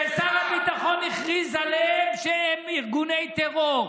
ששר הביטחון הכריז עליהם שהם ארגוני טרור,